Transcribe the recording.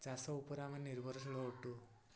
ଚାଷ ଉପରେ ଆମେ ନିର୍ଭରଶୀଳ ଅଟୁ